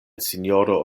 sinjoro